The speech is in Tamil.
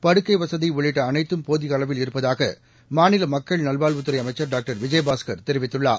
படுக்கை வசதி உள்ளிட்ட அனைத்தும் போதிய அளவில் இருப்பதாக மாநில மக்கள் நல்வாழ்வுத்துறை அமைச்சர் டாக்டர் விஜயபாஸ்கர் தெரிவித்துள்ளார்